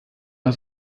aus